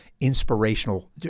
inspirational